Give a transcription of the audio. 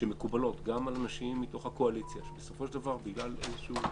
שמקובלות גם על חברים מתוך הקואליציה שבגלל איזשהו,